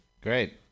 great